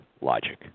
logic